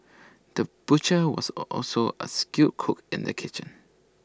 the butcher was also A skilled cook in the kitchen